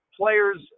players